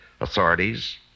authorities